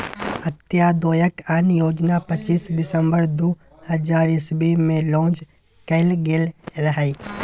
अंत्योदय अन्न योजना पच्चीस दिसम्बर दु हजार इस्बी मे लांच कएल गेल रहय